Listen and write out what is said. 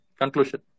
Conclusion